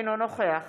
אינו נוכח